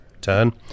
turn